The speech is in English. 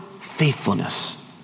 faithfulness